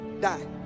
die